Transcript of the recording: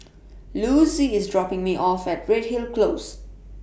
Louise IS dropping Me off At Redhill Close